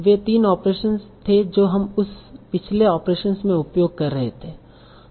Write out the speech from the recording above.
वे 3 operation थे जो हम उस पिछले ऑपरेशन में उपयोग कर रहे थे